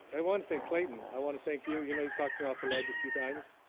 i wanna thank clayton. i wanna thank you. you know you've talked me off the ledge a few times,